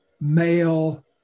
male